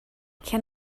can